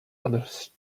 others